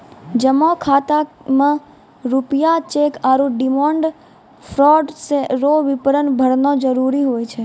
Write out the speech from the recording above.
जमा खाता मे रूपया चैक आरू डिमांड ड्राफ्ट रो विवरण भरना जरूरी हुए छै